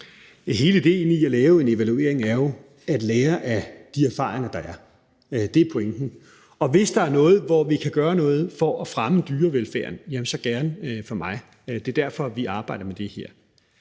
Hele idéen med at lave en evaluering er jo at lære af de erfaringer, der er – det er pointen. Og hvis der er områder, hvor vi kan gøre noget for at fremme dyrevelfærden, så vil jeg sige: Gerne for mig. Det er derfor, vi arbejder med det her.